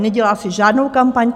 Nedělá si žádnou kampaň.